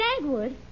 Dagwood